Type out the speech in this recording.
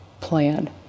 plan